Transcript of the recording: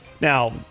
Now